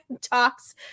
talks